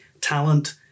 talent